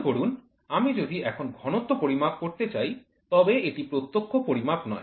মনে করুন আমি যদি এখন ঘনত্ব পরিমাপ করতে চাই তবে এটি প্রত্যক্ষ পরিমাপ নয়